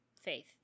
Faith